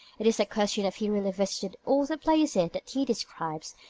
it is a question if he really visited all the places that he describes,